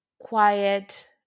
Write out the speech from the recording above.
quiet